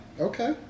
Okay